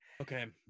Okay